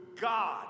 God